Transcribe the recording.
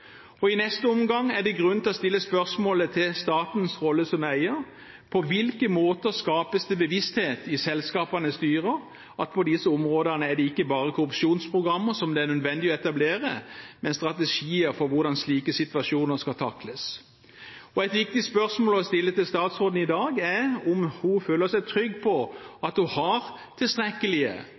møte. I neste omgang er det grunn til å stille spørsmål til statens rolle som eier. På hvilken måte skapes det bevissthet i selskapenes styrer om at det på disse områdene ikke bare er korrupsjonsprogrammer som det er nødvendig å etablere, men strategier for hvordan slike situasjoner skal takles. Et viktig spørsmål å stille til statsråden i dag er om hun føler seg trygg på at hun har tilstrekkelige